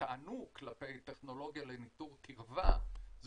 שטענו כלפי טכנולוגיה לניטור קירבה היא